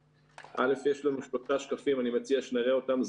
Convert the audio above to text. יש לנו שלושה שקפים, אני מציע שנראה אותם.